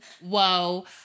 whoa